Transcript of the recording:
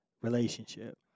relationship